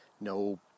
No